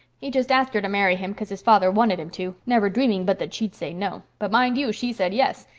he just asked her to marry him cause his father wanted him to, never dreaming but that she'd say no. but mind you, she said yes.